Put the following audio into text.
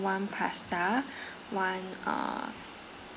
one pasta one err